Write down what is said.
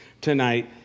tonight